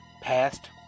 Past